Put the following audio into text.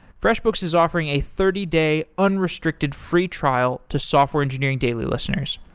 freshbooks is offering a thirty day unrestricted free trial to software engineering daily listeners.